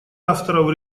авторов